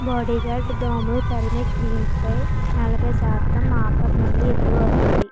bodyguard దోమలు తరిమే క్రీంపై నలభై శాతం ఆఫర్ మళ్ళీ ఎప్పుడు వస్తుంది